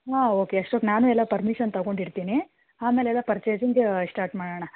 ಹಾಂ ಓಕೆ ಅಷ್ಟೊತ್ತು ನಾನೂ ಎಲ್ಲ ಪರ್ಮಿಷನ್ ತಗೊಂಡಿರ್ತೀನಿ ಆಮೇಲೆ ಎಲ್ಲ ಪರ್ಚೇಸಿಂಗ ಸ್ಟಾರ್ಟ್ ಮಾಡಣ